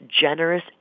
generous